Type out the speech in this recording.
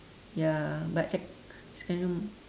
ya but sec~ secondary